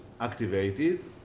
activated